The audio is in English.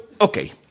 okay